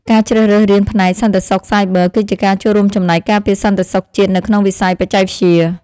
ការជ្រើសរើសរៀនផ្នែកសន្តិសុខសាយប័រ គឺជាការចូលរួមចំណែកការពារសន្តិសុខជាតិនៅក្នុងវិស័យបច្ចេកវិទ្យា។